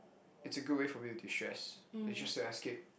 it's a good way for me destress and just to escape